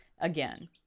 again